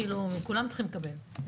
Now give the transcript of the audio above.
כולם צריכים לקבל, גם חברי הוועדה.